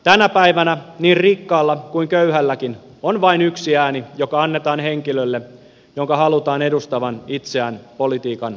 tänä päivänä niin rikkaalla kuin köyhälläkin on vain yksi ääni joka annetaan henkilölle jonka halutaan edustavan itseä politiikan areenalla